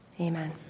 amen